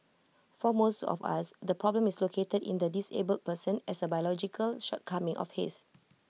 for most of us the problem is located in the disabled person as A biological shortcoming of his